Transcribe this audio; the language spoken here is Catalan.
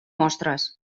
mostres